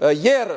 Jer,